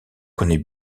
connaît